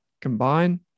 combine